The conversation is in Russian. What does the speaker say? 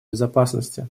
безопасности